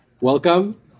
Welcome